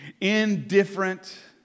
indifferent